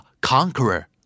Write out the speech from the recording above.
Conqueror